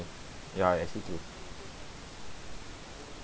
ya